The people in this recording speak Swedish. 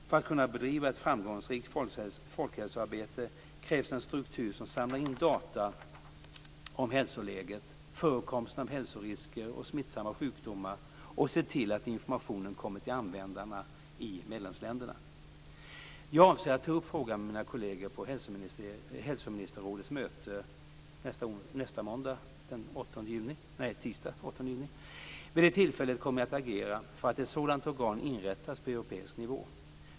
För att kunna bedriva ett framgångsrikt folkhälsoarbete krävs en struktur som samlar in data om hälsoläget, förekomsten av hälsorisker och smittsamma sjukdomar och ser till att informationen kommer till användarna i medlemsländerna. Jag avser att ta upp frågan med mina kollegor på hälsoministerrådets möte nästa tisdag den 8 juni. Vid det tillfället kommer jag att agera för att ett sådant organ inrättas på europeisk nivå.